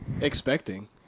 Expecting